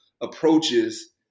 approaches